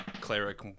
cleric